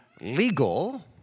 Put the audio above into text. legal